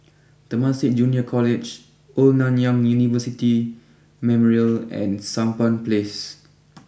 Temasek Junior College Old Nanyang University Memorial and Sampan place